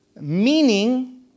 meaning